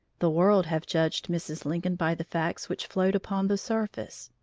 the world have judged mrs. lincoln by the facts which float upon the surface,